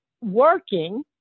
working